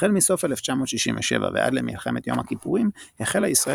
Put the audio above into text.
החל מסוף 1967 ועד למלחמת יום הכיפורים החלה ישראל